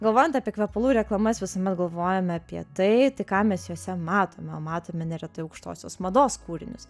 galvojant apie kvepalų reklamas visuomet galvojame apie tai tai ką mes juose matome o matome neretai aukštosios mados kūrinius